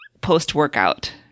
post-workout